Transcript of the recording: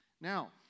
Now